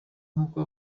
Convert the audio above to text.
nk’uko